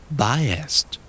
biased